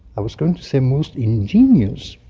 i was going to say most ingenious,